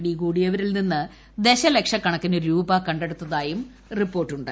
പിടികൂടിയവരിൽ നിന്ന് ദശലക്ഷക്കണക്കിന് രൂപ കണ്ടെടുത്തായും റിപ്പോർട്ടുണ്ട്